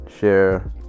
share